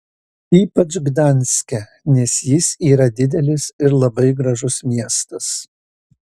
ypač gdanske nes jis yra didelis ir labai gražus miestas